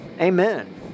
Amen